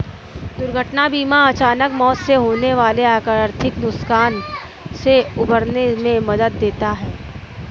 दुर्घटना बीमा अचानक मौत से होने वाले आर्थिक नुकसान से उबरने में मदद देता है